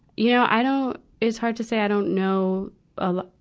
you know, i don't, it's hard to say. i don't know a lot,